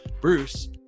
Bruce